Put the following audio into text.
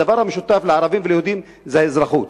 הדבר המשותף לערבים וליהודים זה האזרחות.